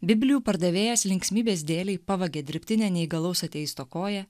biblijų pardavėjas linksmybės dėlei pavagia dirbtinę neįgalaus ateisto koją